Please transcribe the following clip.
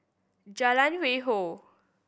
Jalan Hwi Yoh